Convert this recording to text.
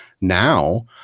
Now